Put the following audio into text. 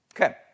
Okay